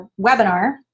webinar